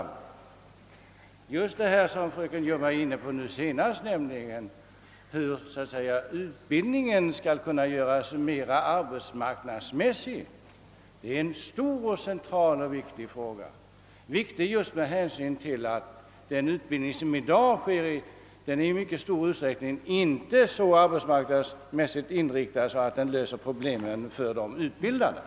Särskilt det som fröken Ljungberg senast var inne på, hur utbildningen skall kunna göras mera arbetsmarknadsmässig, är en stor fråga, och detta just med hänsyn till att den nuvarande utbildningen i mycket stor utsträckning inte är så arbetsmarknadsinriktad att den löser problemen för de utbildade.